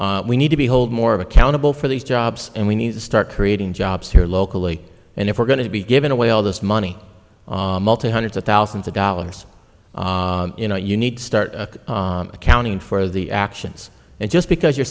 not we need to be hold more accountable for these jobs and we need to start creating jobs here locally and if we're going to be given away all this money hundreds of thousands of dollars you know you need to start accounting for the actions and just because you're